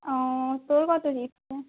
ও তোর কতো দিচ্ছে